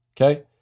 okay